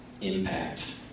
impact